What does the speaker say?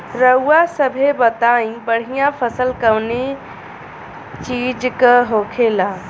रउआ सभे बताई बढ़ियां फसल कवने चीज़क होखेला?